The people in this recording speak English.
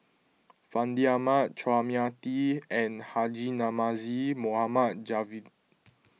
Fandi Ahmad Chua Mia Tee and Haji Namazie Mohammad Javad